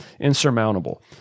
insurmountable